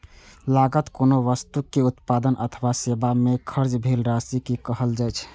लागत कोनो वस्तुक उत्पादन अथवा सेवा मे खर्च भेल राशि कें कहल जाइ छै